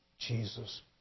Jesus